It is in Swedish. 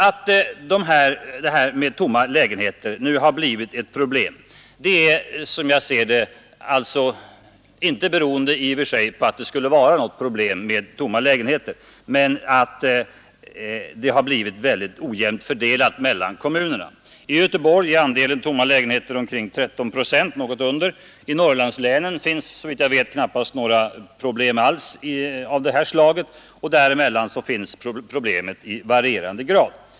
Att de outhyrda lägenheterna nu blivit ett problem beror på att de är så ojämnt fördelade mellan kommunerna. I Göteborg är andelen tomma lägenheter något under 13 procent, i Norrlandslänen finns det knappast några tomma lägenheter alls, och däremellan finns problemet i varierande grad.